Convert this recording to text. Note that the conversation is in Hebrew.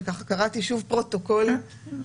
וקראתי שוב פרוטוקול --- כן,